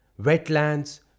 wetlands